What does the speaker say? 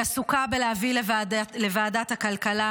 היא עסוקה בלהביא לוועדת הכלכלה,